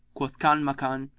quoth kanmakan,